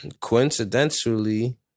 coincidentally